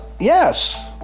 Yes